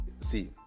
See